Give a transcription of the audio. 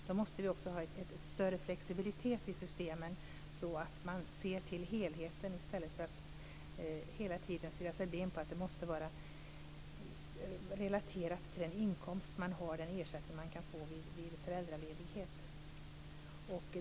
Då måste vi också ha en större flexibilitet i systemen så att man ser till helheten i stället för att hela tiden stirra sig blind på att den ersättning man kan få vid föräldraledighet måste vara relaterad till en inkomst.